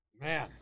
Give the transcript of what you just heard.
Man